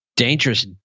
Dangerous